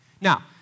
Now